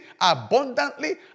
abundantly